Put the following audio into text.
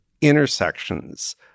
intersections